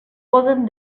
poden